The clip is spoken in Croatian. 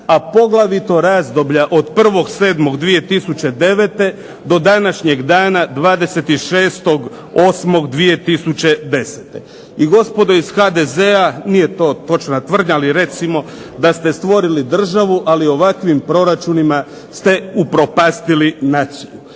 a poglavito razdoblja od 1. 7. 2090. do današnjeg dana 26. 8. 2010. I gospodo iz HDZ-a nije to točna tvrdnja, ali recimo da ste stvorili državu ali ovakvim proračunima ste upropastili naciju.